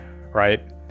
right